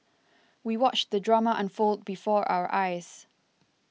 we watched the drama unfold before our eyes